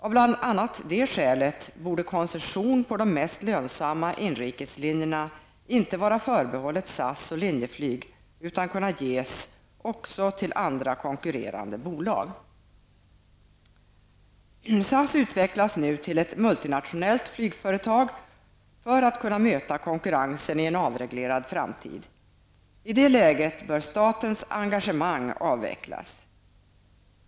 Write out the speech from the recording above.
Av bl.a. detta skäl borde koncession på de mest lönsamma inrikeslinjerna inte vara förbehållet SAS och Linjeflyg utan även kunna ges till andra konkurrerande bolag. SAS utvecklas nu till ett multinationellt flygföretag för att kunna möta konkurrensen i en avreglerad framtid. I det läget bör statens engagemang avvecklas.